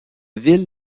ville